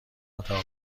اتاق